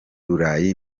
burayi